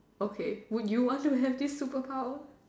okay would you want to have this super power